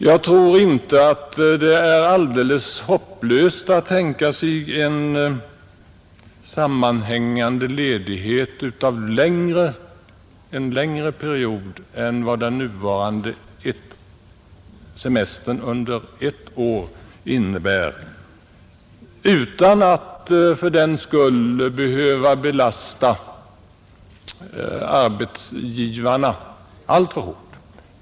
Jag anser inte att det är alldeles hopplöst att tänka sig en sammanhängande ledighet under en längre period än vad den nuvarande semestern under ett år innebär utan att fördenskull behöva belasta arbetsgivarna alltför hårt.